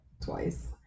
Twice